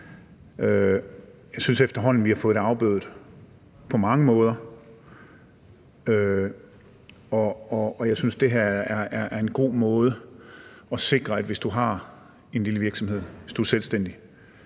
Jeg synes, at vi efterhånden har fået det afbødet på mange måder, og jeg synes, at det her er en god måde at sikre, at hvis du har en lille virksomhed, hvis du er selvstændig